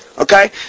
Okay